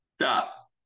stop